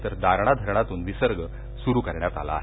तर दारणा धरणातून विसर्ग सुरु करण्यात आला आहे